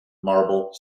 marble